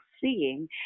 seeing